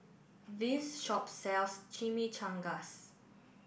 this shop sells Chimichangas